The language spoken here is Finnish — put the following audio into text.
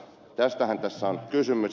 tästähän tässä on kysymys